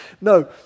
No